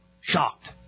Shocked